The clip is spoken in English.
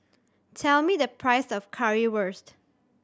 tell me the price of Currywurst